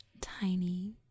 Tiny